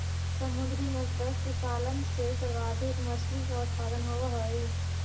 समुद्री मत्स्य पालन से सर्वाधिक मछली का उत्पादन होवअ हई